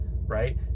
right